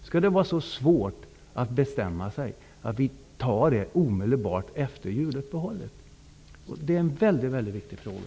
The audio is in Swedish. Skall det vara så svårt att bestämma sig för att vi tar upp detta omedelbart efter juluppehållet? Det är en väldigt viktig fråga.